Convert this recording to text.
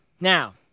Now